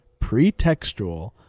pretextual